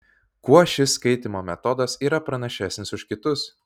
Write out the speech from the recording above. kuo šis skaitymo metodas yra pranašesnis už kitus